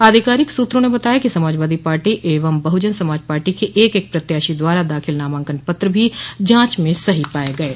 आधिकारिक सूत्रों ने बताया कि समाजवादी पार्टी एवं बहुजन समाज पार्टी के एक एक प्रत्याशी द्वारा दाखिल नामांकन पत्र भी जांच में सही पाये गये